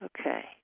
Okay